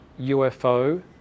UFO